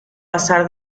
pasar